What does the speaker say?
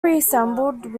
reassembled